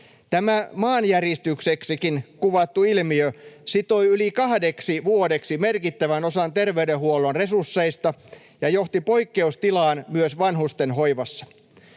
Tämä maanjäristykseksikin kuvattu ilmiö sitoi yli kahdeksi vuodeksi merkittävän osan terveydenhuollon resursseista ja johti poikkeustilaan myös vanhustenhoivassa.